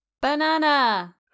Banana